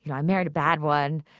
you know i married a bad one.